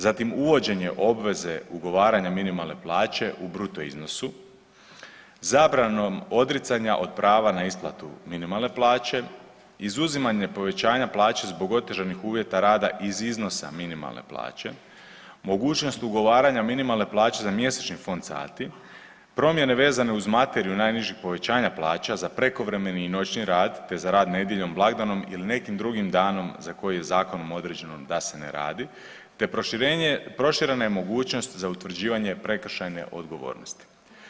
Zatim uvođenje obveze ugovaranja minimalne plaće u bruto iznosu zabranom odricanja od prava na isplatu minimalne plaće, izuzimanje povećanja plaće zbog otežanih uvjeta rada iz iznosa minimalne plaće, mogućnost ugovaranja minimalne plaće za mjesečni fond sati promjene vezane uz materiju najnižih povećanja plaća za prekovremeni i noćni rad te za rad nedjeljom, blagdanom ili nekim drugim danom za koji je zakonom određeno da se ne radi te proširenje, proširena je mogućnost za utvrđivanje prekršajne odgovornosti.